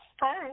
Hi